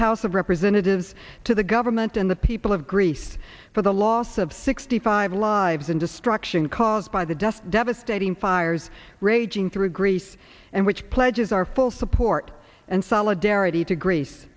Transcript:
house of representatives to the government and the people of greece for the loss of sixty five lives and destruction caused by the deaths devastating fires raging through greece and which pledges our full support and solidarity to gree